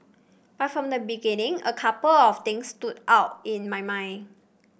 but from the beginning a couple of things stood out in my mind